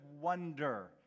wonder